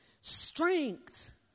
strength